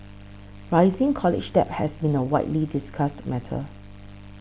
rising college debt has been a widely discussed matter